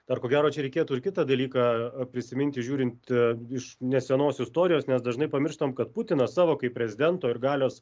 dar ko gero čia reikėtų ir kitą dalyką prisiminti žiūrint iš nesenos istorijos nes dažnai pamirštam kad putinas savo kaip prezidento ir galios